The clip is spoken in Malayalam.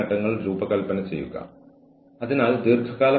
ആളുകൾ കലഹങ്ങളിൽ ഏർപ്പെടാം